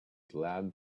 glad